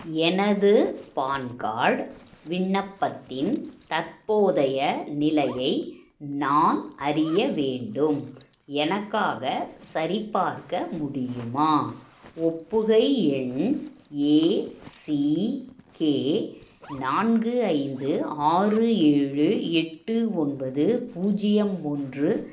எனது PAN card விண்ணப்பத்தின் தற்போதைய நிலையை நான் அறிய வேண்டும் எனக்காக சரிபார்க்க முடியுமா ஒப்புகை எண் ஏ சி கே நான்கு ஐந்து ஆறு ஏழு எட்டு ஒன்பது பூஜ்ஜியம் ஒன்று